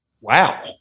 Wow